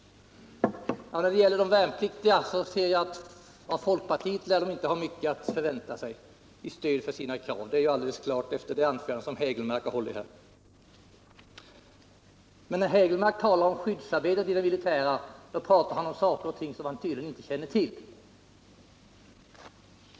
När det gäller de värnpliktiga ser jag att de inte lär ha mycket stöd för sina krav att vänta av folkpartiet — det är alldeles klart efter det anförande som Eric Hägelmark har hållit. När Eric Hägelmark talar om skyddsarbetet i det militära talar han om saker och ting som han tydligen inte känner till.